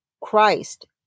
Christ